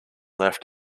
left